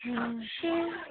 হুম সে